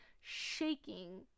shaking